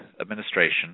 administration